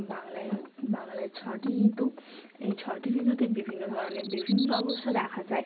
বাংলায় হয় বাংলায় ছটি ঋতু এই ছটি ঋতুতে বিভিন্ন ধরনের বিভিন্ন অবস্থা দেখা যায়